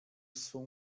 swą